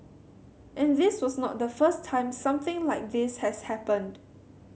and this was not the first time something like this has happened